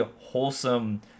wholesome